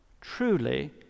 Truly